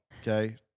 okay